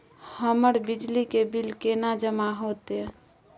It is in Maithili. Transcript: हमर बिजली के बिल केना जमा होते?